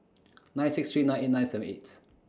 nine six three nine eight nine seven eight